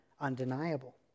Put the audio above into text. undeniable